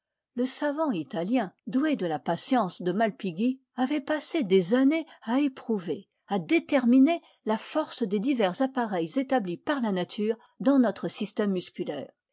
le savant italien doué de la patience de malpighi avait passé des années à éprouver à déterminer la force des divers appareils établis par la nature dans notre système musculaire